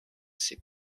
ces